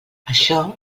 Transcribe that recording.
això